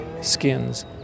skins